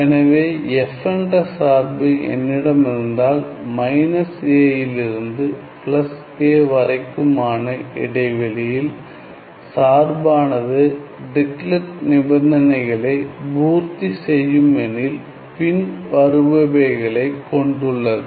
எனவே f என்ற சார்பு என்னிடம் இருந்தால் மைனஸ் a யில் இருந்து பிளஸ் a வரைக்குமான இடைவெளியில் சார்பானது டிரிக்லெட் நிபந்தனைகளை பூர்த்தி செய்யும் எனில் பின் வருபவைகளை கொண்டுள்ளது